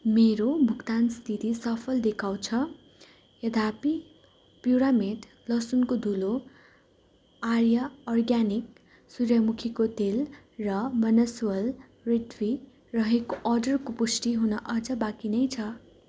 मेरो भुक्तान स्थिति सफल देखाउँछ यद्यपि प्योरामेट लसुनको धुलो आर्य अर्ग्यानिक सूर्यमुखीको तेल र बनसवल रेवडी रहेको अर्डरको पुष्टि हुन अझ बाँकी नै छ